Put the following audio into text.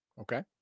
Okay